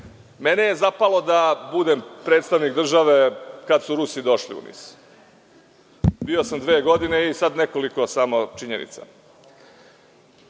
mene je zapalo da budem predstavnik države kada su Rusi došli u NIS. Bio sam dve godine i sada bih izneo samo nekoliko